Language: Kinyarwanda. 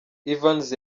evans